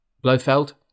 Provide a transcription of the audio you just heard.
Blofeld